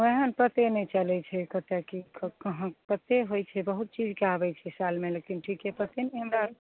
एहन पते नहि चलैत छै कतऽ की कहाँ पते होइ छै बहुत चीजके आबै छै सा मे लेकिन ठीके पते नहि हमरा आर